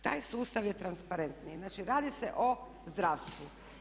Taj sustav je transparentniji, znači radi se o zdravstvu.